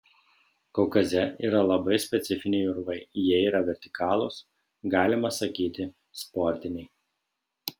kaukaze yra labai specifiniai urvai jie yra vertikalūs galima sakyti sportiniai